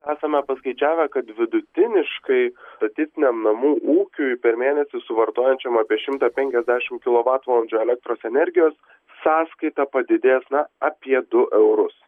esame paskaičiavę kad vidutiniškai statistiniam namų ūkiui per mėnesį suvartojančiam apie šimtą penkiasdešim kilovatvalandžių elektros energijos sąskaita padidės na apie du eurus